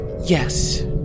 Yes